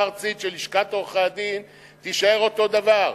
הארצית של לשכת עורכי-הדין תישאר אותו דבר.